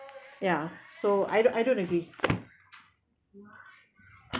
ya so I don't I don't agree